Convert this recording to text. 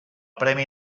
premi